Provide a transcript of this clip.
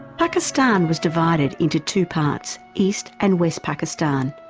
pakistan was divided into two parts east and west pakistan,